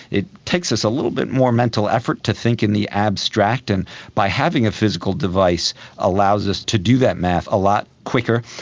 it takes us a little bit more mental effort to think in the abstract. and by having a physical device, it allows us to do that maths a lot quicker.